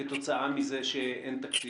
כתוצאה מכך שאין תקציב.